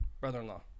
brother-in-law